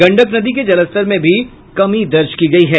गंडक नदी के जलस्तर में भी कमी दर्ज की गयी है